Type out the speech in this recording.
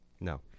No